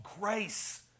grace